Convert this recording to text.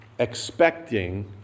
expecting